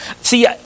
See